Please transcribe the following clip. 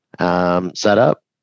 setup